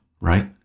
right